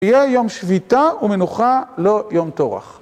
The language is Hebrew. יהיה יום שביתה ומנוחה, לא יום טורח.